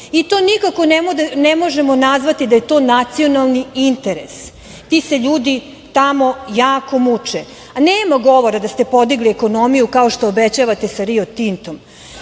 I to nikako ne možemo nazvati da je to nacionalni interes. Ti se ljudi tamo jako muče. Nema govora da ste podigli ekonomiju, kao što obećavate sa „Rio